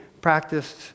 practiced